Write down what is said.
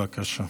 בבקשה.